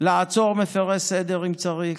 לעצור מפירי סדר אם צריך,